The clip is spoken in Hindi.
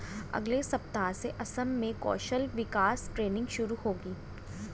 अगले सप्ताह से असम में कौशल विकास ट्रेनिंग शुरू होगी